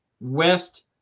west